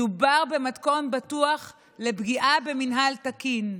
מדובר במתכון בטוח לפגיעה במינהל תקין,